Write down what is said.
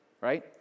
right